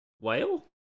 whale